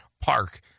Park